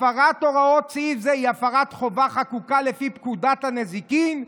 הפרת הוראות סעיף זה היא הפרת חובה חקוקה לפי פקודת הנזיקין,